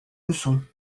leçon